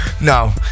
No